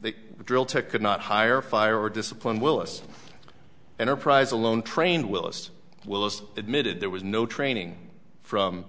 they drill tech could not hire fire discipline willis enterprise alone trained willis willis admitted there was no training from